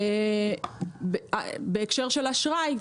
בהקשר אשראי,